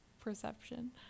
perception